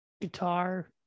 guitar